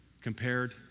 compared